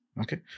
Okay